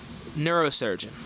neurosurgeon